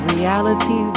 reality